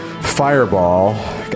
fireball